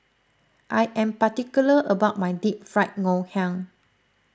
I am particular about my Deep Fried Ngoh Hiang